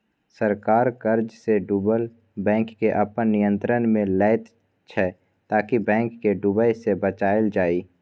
सरकार कर्जसँ डुबल बैंककेँ अपन नियंत्रणमे लैत छै ताकि बैंक केँ डुबय सँ बचाएल जाइ